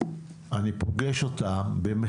אצלנו יש, אולם, ספורט אחד שמשרת